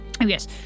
yes